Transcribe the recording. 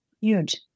huge